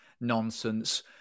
nonsense